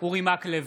אורי מקלב,